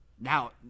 Now